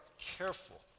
careful